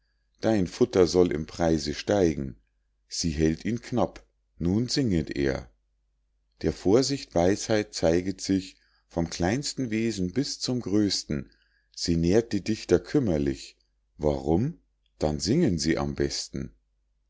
dein futter soll im preise steigen sie hält ihn knapp nun singet er der vorsicht weisheit zeiget sich vom kleinsten wesen bis zum größten sie nährt die dichter kümmerlich warum dann singen sie am besten